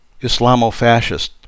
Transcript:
Islamofascist